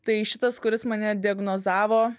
tai šitas kuris mane diagnozavo